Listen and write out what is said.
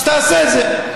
אז תעשה את זה,